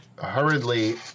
hurriedly